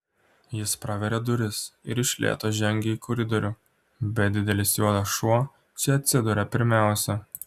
jis praveria duris ir iš lėto žengia į koridorių bet didelis juodas šuo čia atsiduria pirmiausia